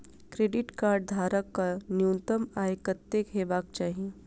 Credit card धारक कऽ न्यूनतम आय कत्तेक हेबाक चाहि?